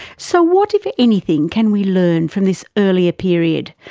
so what if anything can we learn from this earlier period,